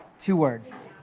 two words,